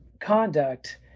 conduct